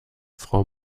frau